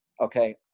okay